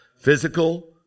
Physical